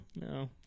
No